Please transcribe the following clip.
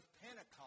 Pentecost